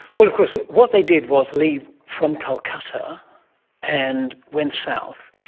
well, of course what they did was leave from calcutta and went south.